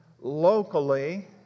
locally